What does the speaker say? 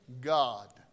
God